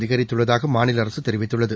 அதிகரித்துள்ளதாக மாநில அரசு தெரிவித்துள்ளது